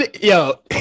Yo